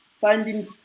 finding